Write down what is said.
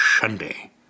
Sunday